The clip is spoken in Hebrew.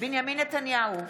בנימין נתניהו,